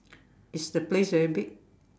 is the place very big